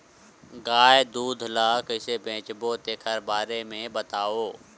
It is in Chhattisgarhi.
गाय दूध ल कइसे बेचबो तेखर बारे में बताओ?